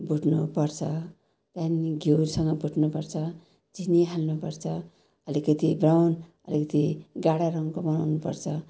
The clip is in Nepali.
भुट्नु पर्छ त्यहाँदेखि घिउसँग भुट्नुपर्छ चिनी हाल्नुपर्छ अलिकति ब्राउन अलिकति गाढा रङको बनाउनुपर्छ